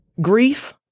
grief